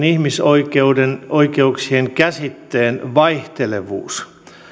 ihmisoikeuksien käsitteen vaihtelevuuden